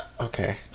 Okay